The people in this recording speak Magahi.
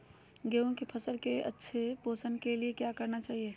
गेंहू की फसल के अच्छे पोषण के लिए क्या करना चाहिए?